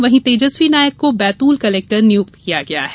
वहीं तेजस्वी नायक को बैतूल कलेक्टर नियुक्त किया गया है